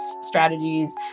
strategies